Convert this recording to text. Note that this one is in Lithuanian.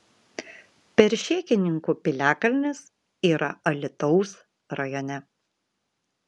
peršėkininkų piliakalnis yra alytaus rajone